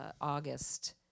August